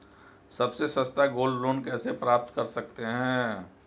सबसे सस्ता gold loan कैसे प्राप्त कर सकते हैं?